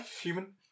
Human